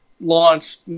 launched